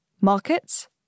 markets